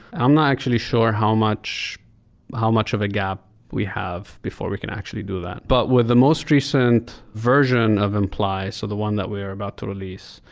i'm not actually sure how much how much of a gap we have before we can actually do that. but with the most recent version of imply, so the one that we are about to release,